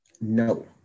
No